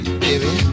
baby